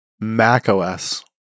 macOS